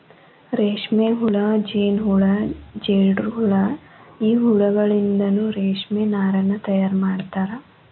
ರೇಷ್ಮೆಹುಳ ಜೇನಹುಳ ಜೇಡರಹುಳ ಈ ಹುಳಗಳಿಂದನು ರೇಷ್ಮೆ ನಾರನ್ನು ತಯಾರ್ ಮಾಡ್ತಾರ